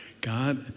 God